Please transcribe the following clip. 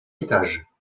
étages